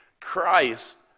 Christ